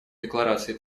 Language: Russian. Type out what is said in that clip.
декларации